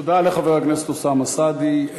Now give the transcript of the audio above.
תודה לחבר הכנסת אוסאמה סעדי.